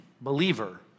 believer